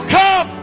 come